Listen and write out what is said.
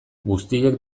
guztiek